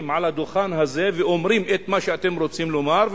על הדוכן הזה ואומרים את מה שאתם רוצים לומר,